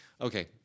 Okay